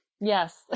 Yes